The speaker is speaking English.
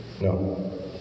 No